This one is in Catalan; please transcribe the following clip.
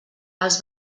els